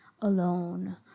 alone